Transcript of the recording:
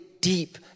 deep